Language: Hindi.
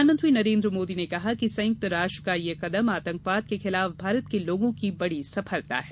प्रधानमंत्री नरेन्द्र मोदी ने कहा कि संयुक्त राष्ट्र का यह कदम आतंकवाद के खिलाफ भारत के लोगों की बड़ी सफलता है